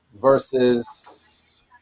versus